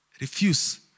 refuse